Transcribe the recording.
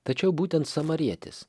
tačiau būtent samarietis